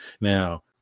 Now